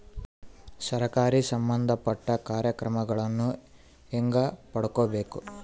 ಸರಕಾರಿ ಸಂಬಂಧಪಟ್ಟ ಕಾರ್ಯಕ್ರಮಗಳನ್ನು ಹೆಂಗ ಪಡ್ಕೊಬೇಕು?